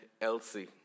Elsie